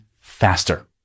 faster